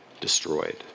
destroyed